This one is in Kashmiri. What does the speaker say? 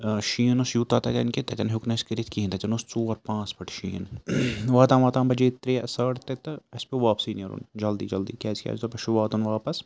شیٖن اوس یوٗتاہ تَتٮ۪ن کہِ تَتٮ۪ن ہیوٚک نہٕ اَسہِ کٔرِتھ کِہیٖنۍ تَتٮ۪ن اوس ژور پانٛژھ فٕٹہٕ شیٖن واتان واتان بَجے ترٛےٚ ساڑٕ ترٛےٚ تہٕ اَسہِ پیٚو واپسٕے نیرُن جلدی جلدی کیٛازِکہِ اَسہِ دوٚپ اَسہِ چھُ واتُن واپَس